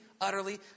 utterly